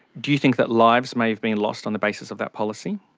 do you think that lives may have been lost on the basis of that policy?